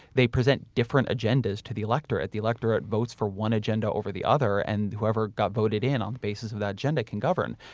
they present different agendas to the electorate. the electorate votes for one agenda over the other and whoever got voted in on the basis of that agenda can govern.